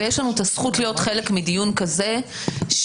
ויש לנו את הזכות להיות חלק מדיון כזה שעוסק